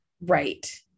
Right